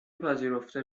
پذیرفته